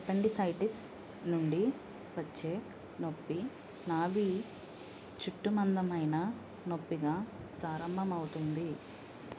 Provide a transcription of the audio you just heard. appendicitis నుండి వచ్చే నొప్పి నాభి చుట్టు మందమైన నొప్పిగా ప్రారంభమవుతుంది